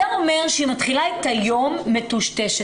זה אומר שהיא מתחילה את היום מטושטשת,